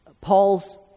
Paul's